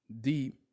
deep